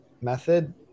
method